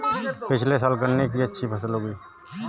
पिछले साल गन्ने की अच्छी फसल उगी